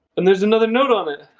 and there's another note on it.